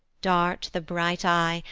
dart the bright eye,